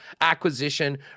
acquisition